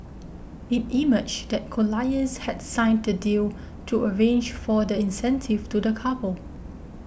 it emerged that Colliers had signed the deal to arrange for the incentive to the couple